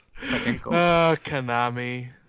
Konami